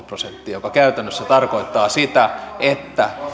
prosenttia mikä käytännössä tarkoittaa sitä että